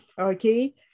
Okay